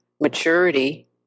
maturity